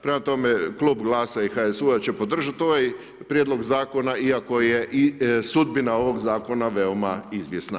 Prema tome Klub GLAS-a i HSU-a će podržati ovaj prijedlog zakona, iako je i sudbina ovog zakona veoma izvjesna.